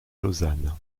lausanne